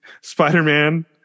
Spider-Man